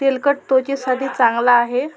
तेलकट त्वचेसाठी चांगला आहे